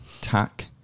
tack